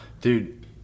Dude